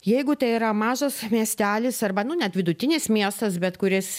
jeigu tai yra mažas miestelis arba nu net vidutinis miestas bet kuris